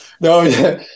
No